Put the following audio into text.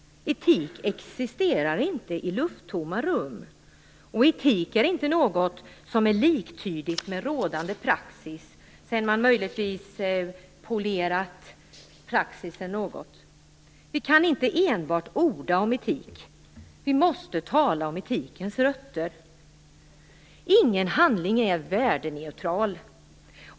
Etik existerar inte i lufttomma rum. Och etik är inte något som är liktydigt med rådande praxis, sedan man möjligtvis polerat praxisen något. Vi kan inte enbart orda om etik. Vi måste tala om etikens rötter. Ingen handling är värdeneutral.